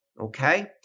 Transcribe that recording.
Okay